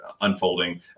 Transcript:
unfolding